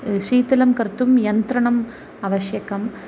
शीतलं कर्तुं यन्त्रणम् आवश्यकम्